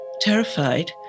terrified